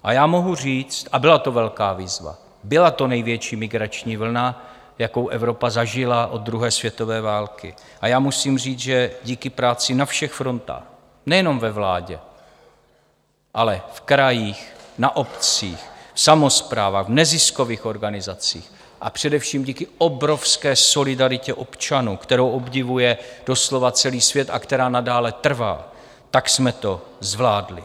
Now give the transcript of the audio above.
A já mohu říct a byla to velká výzva, byla to největší migrační vlna, jakou Evropa zažila od druhé světové války a já musím říct, že díky práci na všech frontách, nejenom ve vládě, ale v krajích, na obcích, v samosprávách, v neziskových organizacích a především díky obrovské solidaritě občanů, kterou obdivuje doslova celý svět a která nadále trvá, tak jsme to zvládli.